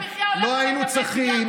יוקר המחיה הולך ומטפס בגלל כל מה שאתם עושים.